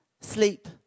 sleep